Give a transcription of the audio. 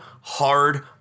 hard